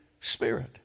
Spirit